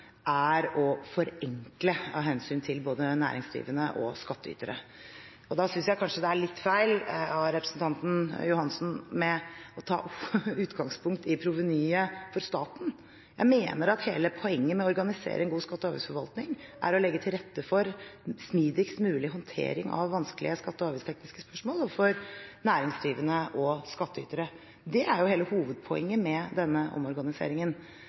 er å forenkle, av hensyn til både næringsdrivende og skattytere. Da synes jeg kanskje det er litt feil av representanten Johansen å ta utgangspunkt i provenyet for staten. Jeg mener at hele poenget med å organisere en god skatte- og avgiftsforvaltning er å legge til rette for en smidigst mulig håndtering av vanskelige skatte- og avgiftstekniske spørsmål overfor næringsdrivende og skattytere. Det er jo hele hovedpoenget med denne omorganiseringen.